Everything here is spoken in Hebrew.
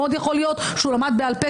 מאוד יכול להיות שהוא למד בעל פה,